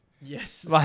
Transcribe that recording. yes